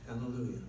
Hallelujah